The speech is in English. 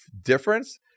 difference